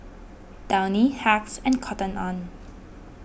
Downy Hacks and Cotton on